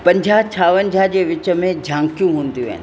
पंजाहु छावंजाह जे विच में झांंकियूं हूंदियूं आहिनि